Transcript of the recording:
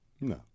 No